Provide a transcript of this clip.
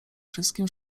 wszystkim